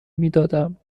میدادم